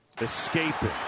Escaping